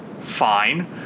Fine